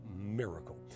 miracle